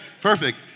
Perfect